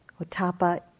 Otapa